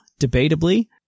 debatably